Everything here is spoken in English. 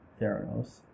Theranos